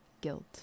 guilt